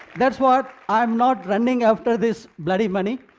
that's why i'm not running after this bloody money.